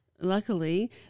luckily